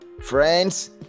Friends